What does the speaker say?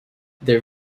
their